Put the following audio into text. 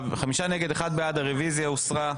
חמישה נגד, אחד בעד, הרוויזיה הוסרה.